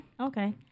Okay